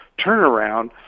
turnaround